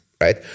right